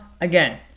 again